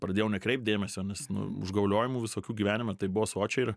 pradėjau kreipt dėmesio nu užgauliojimų visokių gyvenime tai buvo sočiai ir